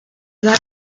that